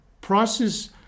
prices